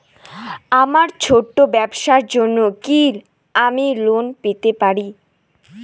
আমার ছোট্ট ব্যাবসার জন্য কি আমি লোন পেতে পারি?